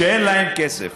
שאין להם כסף